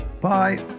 bye